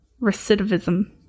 recidivism